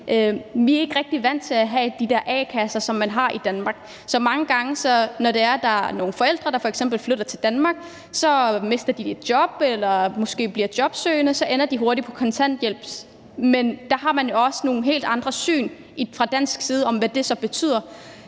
at vi ikke rigtig er vant til at have de der a-kasser, som man har i Danmark. Så når der er nogle forældre, der f.eks. flytter til Danmark, mister de måske jobbet og bliver jobsøgende, og så ender de hurtigt på kontanthjælp. Men der har man jo fra dansk side et helt andet syn på, hvad det så betyder,